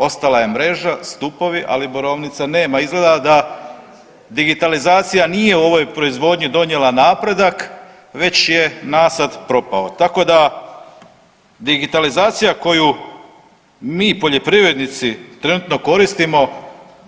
Ostala je mreža, stupovi, ali borovnica nema, izgleda da digitalizacija nije u ovoj proizvodnji donijela napredak već je nasad propao, tako da digitalizacija koju mi poljoprivrednici trenutno koristimo,